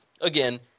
again